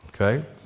okay